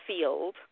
field